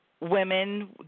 women